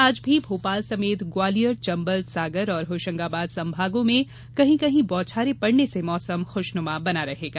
आज भी भोपाल समेत ग्वालियर चंबल सागर और होशंगाबाद संभागों में कहीं कहीं बौछारें पड़ने से मौसम खुशनुमा बना रहेगा